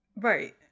Right